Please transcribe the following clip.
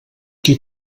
qui